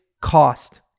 cost